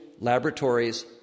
laboratories